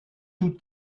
tout